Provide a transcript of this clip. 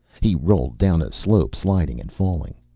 he rolled down a slope, sliding and falling.